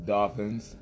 Dolphins